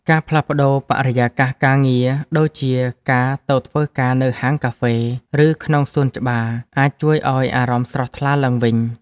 ការផ្លាស់ប្តូរបរិយាកាសការងារ ដូចជាការទៅធ្វើការនៅហាងកាហ្វេ ឬក្នុងសួនច្បារ អាចជួយឱ្យអារម្មណ៍ស្រស់ថ្លាឡើងវិញ។